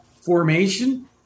formation